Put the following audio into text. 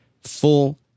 full